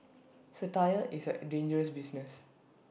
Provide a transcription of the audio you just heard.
satire is A dangerous business